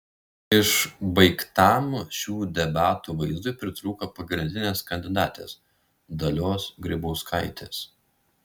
išbaigtam šių debatų vaizdui pritrūko pagrindinės kandidatės dalios grybauskaitės